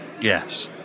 Yes